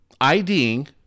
IDing